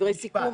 דברי סיכום.